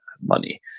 money